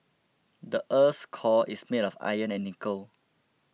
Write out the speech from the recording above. the earth's core is made of iron and nickel